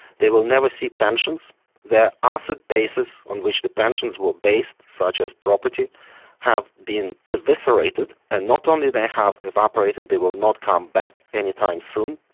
they will never see pensions their asset bases on which the pensions were based such as property have been eviscerated, and not only they have evaporated, they will not come back any time soon.